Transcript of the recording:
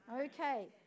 okay